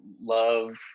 love